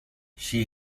she